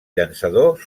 llançador